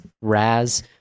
Raz